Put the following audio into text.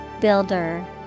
Builder